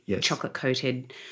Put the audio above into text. chocolate-coated